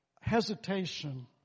hesitation